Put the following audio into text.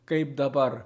kaip dabar